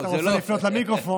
אתה רוצה לפנות למיקרופון,